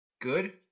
good